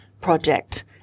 project